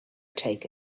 take